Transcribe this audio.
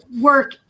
work